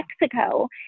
mexico